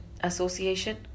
Association